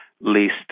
least